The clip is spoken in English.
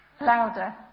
Louder